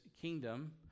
kingdom